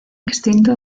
extinto